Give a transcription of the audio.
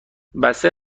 بسته